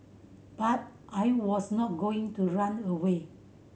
but I was not going to run away